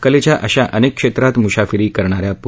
कलेच्या अशा अनेक क्षेत्रांत मुशाफिरी करणाऱ्या पू